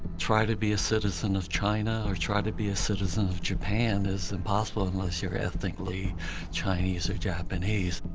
try to be a citizen of china, or try to be a citizen of japan, is impossible unless you're ethnically chinese or japanese.